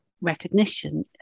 recognition